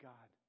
God